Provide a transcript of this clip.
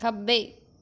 ਖੱਬੇ